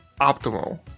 optimal